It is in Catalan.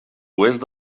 oest